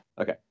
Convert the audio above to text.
Okay